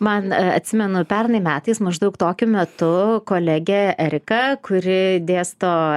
man atsimenu pernai metais maždaug tokiu metu kolegė erika kuri dėsto